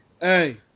hey